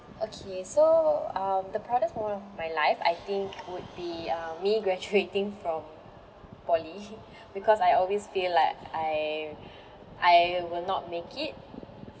okay so um the proudest moment of my life I think would be uh me graduating from poly because I always feel like I I will not make it